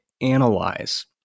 analyze